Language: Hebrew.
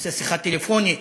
עושה שיחה טלפונית,